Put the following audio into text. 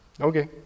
Okay